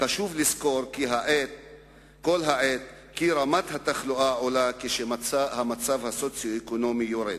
חשוב לזכור כל העת כי רמת התחלואה עולה כשהמצב הסוציו-אקונומי יורד.